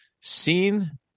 seen